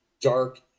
dark